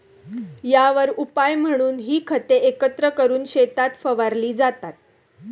यावर उपाय म्हणून ही खते एकत्र करून शेतात फवारली जातात